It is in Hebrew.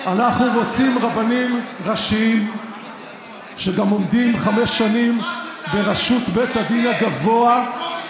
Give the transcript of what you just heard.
אנחנו רוצים רבנים ראשיים שגם עומדים חמש שנים בראשות בית הדין הגבוה,